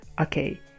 okay